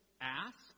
ask